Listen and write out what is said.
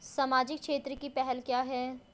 सामाजिक क्षेत्र की पहल क्या हैं?